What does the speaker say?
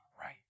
right